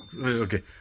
Okay